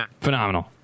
phenomenal